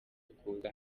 kuza